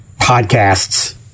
podcasts